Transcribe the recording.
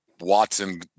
Watson